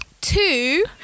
Two